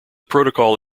protocol